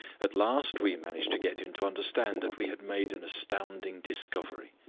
at last we managed to get him to understand that we had made an astounding discovery.